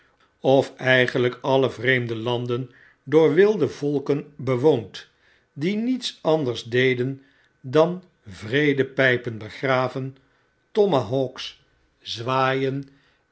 of eigenlijk alle vreemde landen door wilde volken bewoond die tnets anders deden dan vredepijpen begraven tomahawks zwaaien